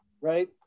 right